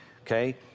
Okay